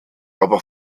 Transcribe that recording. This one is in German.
aber